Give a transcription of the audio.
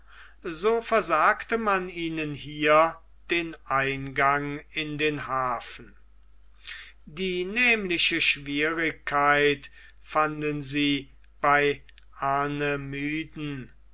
so versagte man ihnen hier den eingang in den hafen die nämliche schwierigkeit fanden sie bei